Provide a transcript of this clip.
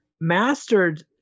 mastered